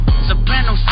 Soprano